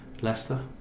Leicester